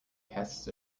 casts